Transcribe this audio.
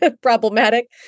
problematic